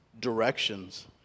directions